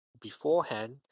beforehand